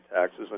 taxes